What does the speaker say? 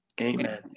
Amen